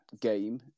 game